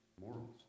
morals